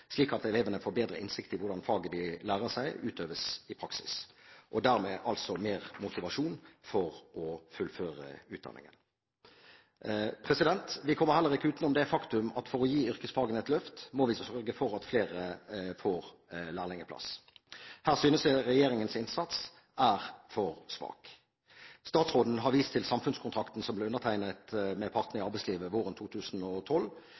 slik at elevene får bedre innsikt i hvordan fagene de lærer seg, utøves i praksis, og dermed får mer motivasjon for å fullføre utdanningen. Vi kommer heller ikke utenom det faktum at for å gi yrkesfagene et løft, må vi sørge for at flere får lærlingplass. Her synes jeg regjeringens innsats er for svak. Statsråden har vist til samfunnskontrakten som ble undertegnet med partene i arbeidslivet våren 2012,